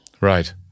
Right